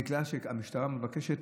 בגלל שהמשטרה מבקשת?